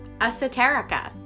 esoterica